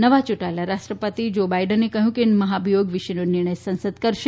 નવા ચૂંટાયેલા રાષ્ટ્રપતિ જો બાઇડને કહ્યું કે મહાભિયોગ વિશેનો નિર્ણય સંસદ કરશે